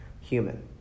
human